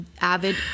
avid